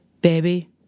baby